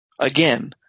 Again